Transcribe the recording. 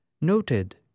noted